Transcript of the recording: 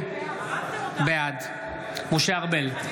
בעד משה ארבל,